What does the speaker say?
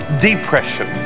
depression